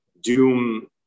doom